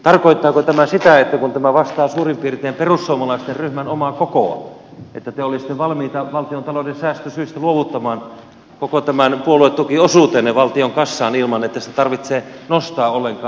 tarkoittaako tämä sitä kun tämä vastaa suurin piirtein perussuomalaisten ryhmän omaa kokoa että te olisitte valmiita valtiontalouden säästösyistä luovuttamaan koko tämän puoluetukiosuutenne valtion kassaan ilman että sitä tarvitsee nostaa ollenkaan